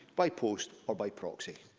by post or by proxy.